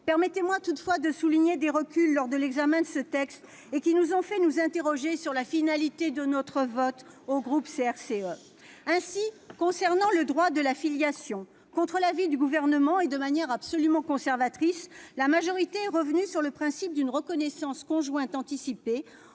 Permettez-moi toutefois de souligner des reculs lors de l'examen de ce texte, qui nous ont fait nous interroger sur la finalité de notre vote au groupe CRCE. Ainsi, concernant le droit de la filiation : contre l'avis du Gouvernement, et de manière absolument conservatrice, la majorité est revenue sur le principe d'une reconnaissance conjointe anticipée,